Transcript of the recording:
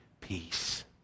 peace